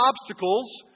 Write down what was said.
obstacles